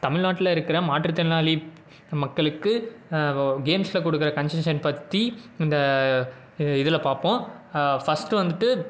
தமிழ்நாட்டில் இருக்கிற மாற்றுத்திறனாளி மக்களுக்கு கேம்ஸில் கொடுக்குற கன்ஸஷன் பற்றி இந்த இதில் பார்ப்போம் ஃபர்ஸ்ட்டு வந்துவிட்டு